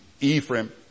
Ephraim